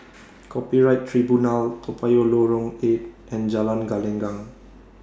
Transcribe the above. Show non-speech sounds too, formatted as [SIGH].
[NOISE] Copyright Tribunal Toa Payoh Lorong eight and Jalan Gelenggang